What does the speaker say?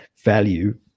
value